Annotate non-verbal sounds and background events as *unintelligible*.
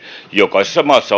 jokaisessa maassa *unintelligible*